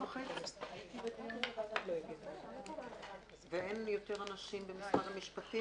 רציתי לגבי האחוזונים שדיברו עליהם של האנשים שלא משלמים,